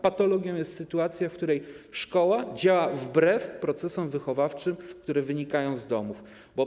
Patologią jest sytuacja, w której szkoła działa wbrew procesom wychowawczym, które wynikają z wychowania w domach.